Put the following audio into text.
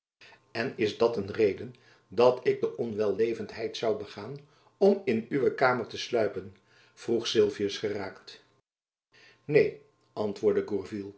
en is dat een reden dat ik de onwellevendheid zoû begaan om in uwe kamer te sluipen vroeg sylvius geraakt neen antwoordde